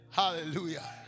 hallelujah